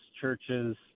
churches